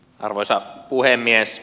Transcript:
arvoisa puhemies